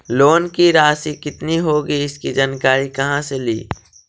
Loan की रासि कितनी होगी इसकी जानकारी कहा से ली?